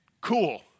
Cool